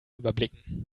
überblicken